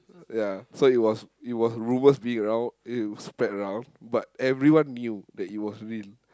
ya so it was it was rumours being around it spread around but everyone knew that it was real